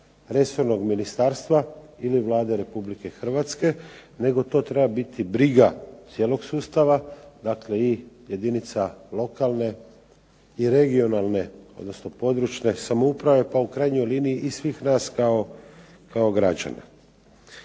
resornog ministarstva ili Vlade Republike Hrvatske, nego to treba biti briga cijelog sustava, dakle i jedinica lokalne i regionalne odnosno područne samouprave pa u krajnjoj liniji i svih nas kao građana.